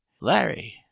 larry